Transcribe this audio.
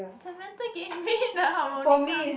Samantha gave me the harmonica